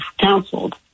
counseled